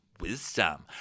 wisdom